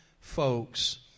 folks